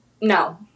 no